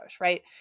Right